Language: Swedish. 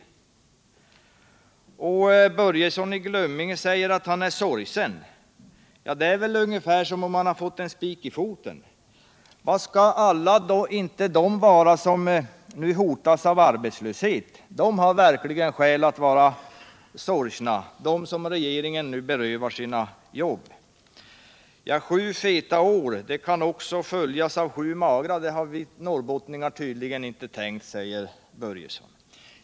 Fritz Börjesson säger att han är sorgsen. Det är väl ungefär som det kan vara när man har fått en spik i foten. Vad skall då inte alla de vara som nu hotas av arbetslöshet? De har verkligen skäl att vara sorgsna, de som nu av regeringen berövas sina jobb. Att sju feta år också kan följas äv sju magra har vi norrbottningar tydligen inte tänkt på, säger Fritz Börjesson.